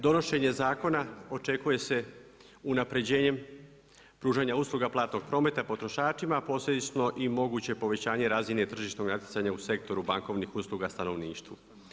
Donošenje zakona očekuje se unaprjeđenjem pružanjem usluga platnog prometa potrošačima, posljedično i moguće povećanje razine tržišnog natjecanja u sektoru bankovnih usluga stanovništvu.